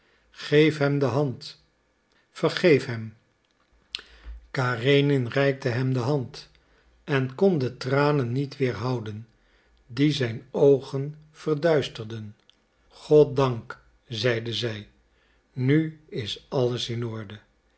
geef hem de hand vergeef hem karenin reikte hem de hand en kon de tranen niet weerhouden die zijn oogen verduisterden goddank zeide zij nu is alles in orde